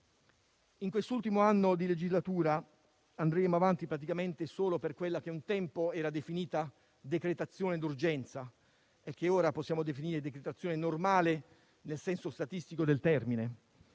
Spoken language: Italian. In quest'ultimo anno di legislatura andremo avanti praticamente solo per quella che un tempo era definita decretazione di urgenza e che ora possiamo definire decretazione normale nel senso statistico del termine.